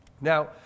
Now